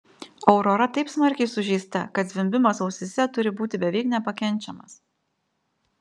aurora taip smarkiai sužeista kad zvimbimas ausyse turi būti beveik nepakenčiamas